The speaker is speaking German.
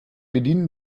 bedienen